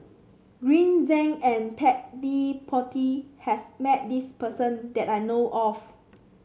Green Zeng and Ted De Ponti has met this person that I know of